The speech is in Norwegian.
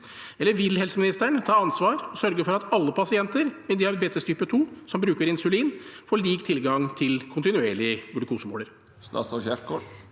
eller vil helseministeren ta ansvar og sørge for at alle pasienter med diabetes type 2 som bruker insulin, får lik tilgang til kontinuerlig glukosemåler?